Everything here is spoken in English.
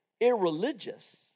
irreligious